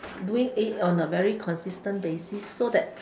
doing it on a very consistent basis so that